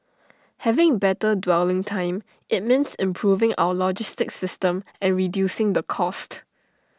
having better dwelling time IT means improving our logistic system and reducing the cost